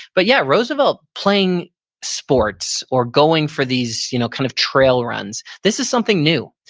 but yeah, roosevelt playing sports or going for these you know kind of trail runs, this is something new.